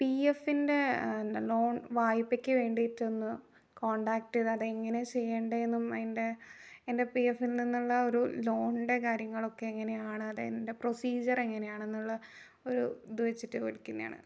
P F ൻ്റെ എൻ്റെ loan വായ്പക്ക് വേണ്ടീട്ടൊന്ന് കോണ്ടാക്ട് ചെയ്ത്തെങ്ങനെ ചെയ്യണ്ടേന്നും അതിൻ്റെ എൻ്റെ പി എഫിൽ നിന്നുള്ള ഒരു ലോണിൻ്റെ കാര്യങ്ങൾ ഒക്കെ എങ്ങനെയാണ് അതിൻ്റെ പ്രൊസീജറെങ്ങനെയാണ് എന്നുള്ള ഒരു ഇത് വെച്ചിട്ട് വിളിക്കുന്നത് ആണ്